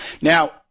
Now